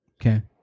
Okay